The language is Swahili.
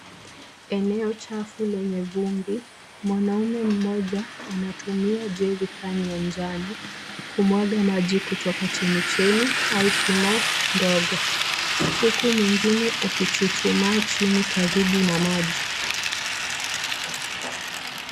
Eneo chafu lenye vumbi, mwanaume mmoja, anatumia jerican ya njano kumwaga maji kutoka chemichemi au shimo ndogo huku mwingine akichuchuma chini karibu na maji.